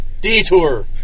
Detour